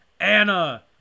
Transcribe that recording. Anna